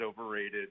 overrated